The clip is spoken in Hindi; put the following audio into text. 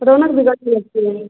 रौनक बिगड़ने लगती है